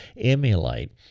emulate